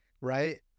right